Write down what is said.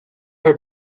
her